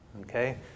Okay